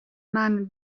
man